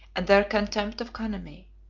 and their contempt of oeconomy.